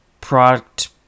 product